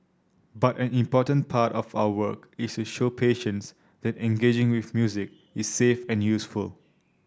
but an important part of our work is to show patients that engaging with music is safe and useful